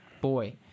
boy